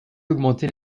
augmenter